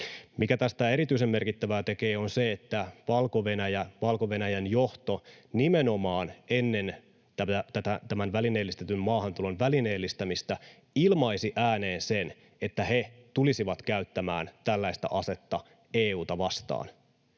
Mikä tästä erityisen merkittävää tekee, on se, että Valko-Venäjän johto nimenomaan ennen tätä välineellistetyn maahantulon välineellistämistä ilmaisi ääneen sen, että he tulisivat käyttämään tällaista asetta EU:ta vastaan,